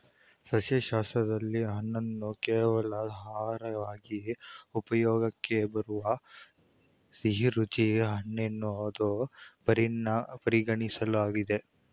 ಸಸ್ಯಶಾಸ್ತ್ರದಲ್ಲಿ ಹಣ್ಣನ್ನು ಕೇವಲ ಆಹಾರವಾಗಿ ಉಪಯೋಗಕ್ಕೆ ಬರುವ ಸಿಹಿರುಚಿ ಹಣ್ಣೆನ್ದು ಪರಿಗಣಿಸಲಾಗ್ತದೆ